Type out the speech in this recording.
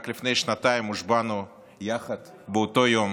רק לפני שנתיים הושבענו יחד באותו יום